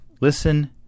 Listen